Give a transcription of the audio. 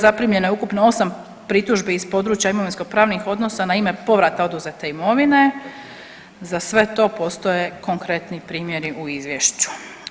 Zaprimljeno je ukupno 8 pritužbi iz područja imovinsko-pravnih odnosa na ime povrata oduzete imovine, za sve to postoje konkretni primjeri u Izvješću.